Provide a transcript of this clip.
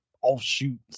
offshoot